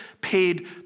paid